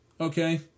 Okay